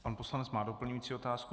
Pan poslanec má doplňující otázku.